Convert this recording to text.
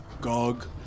Gog